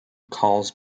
calls